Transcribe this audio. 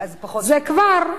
זה כבר,